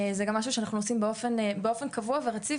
זה גם משהו שאנחנו עושים באופן קבוע ורציף,